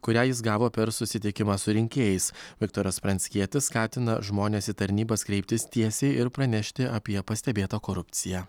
kurią jis gavo per susitikimą su rinkėjais viktoras pranckietis skatina žmones į tarnybas kreiptis tiesiai ir pranešti apie pastebėtą korupciją